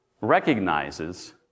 recognizes